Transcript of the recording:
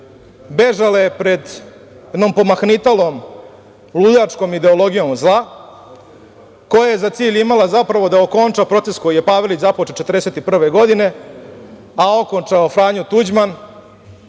bežale pred pomahnitalom ludačkom ideologijom zla, koja je za cilj upravo imala da okonča proces koji je Pavelić započeo 1941. godine, a okončao Franjo Tuđman,